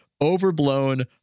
overblown